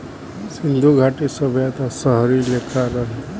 सिन्धु घाटी सभ्यता शहरी लेखा रहे